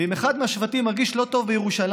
ואם אחד מהשבטים מרגיש לא טוב בירושלים,